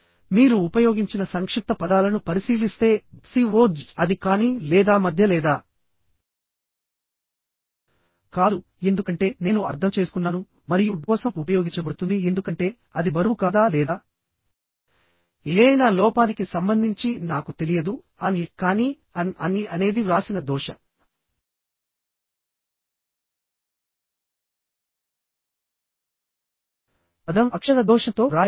మీరు ఉపయోగించిన సంక్షిప్త పదాలను పరిశీలిస్తే B T C O Z అది కానీ లేదా మధ్య లేదా కాదు ఎందుకంటే నేను అర్థం చేసుకున్నాను మరియు D కోసం W T ఉపయోగించబడుతుంది ఎందుకంటే అది బరువు కాదా లేదా ఏదైనా లోపానికి సంబంధించి నాకు తెలియదు a n y కానీ a n an i అనేది వ్రాసిన దోష పదం అక్షర దోషంతో వ్రాయబడుతుంది